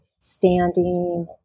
standing